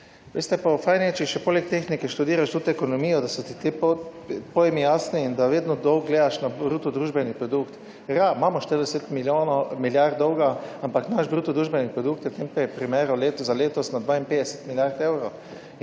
Veste pa fajn je, če še poleg tehnike študiraš tudi ekonomijo, da so ti pojmi jasni in da vedno dolgo gledaš na bruto družbeni produkt. Ja, imamo 40 milijonov milijard dolga, ampak naš bruto družbeni produkt je v tem primeru letos, za letos na 52 milijard evrov.